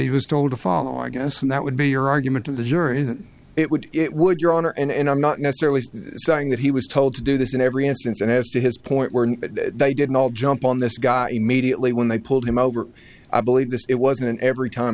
he was told to follow i guess and that would be your argument to the jury that it would it would your honor and i'm not necessarily saying that he was told to do this in every instance and as to his point were they did not jump on this guy immediately when they pulled him over i believe that it wasn't every time